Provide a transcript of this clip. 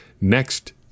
next